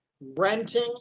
renting